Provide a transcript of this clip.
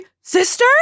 sister